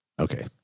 Okay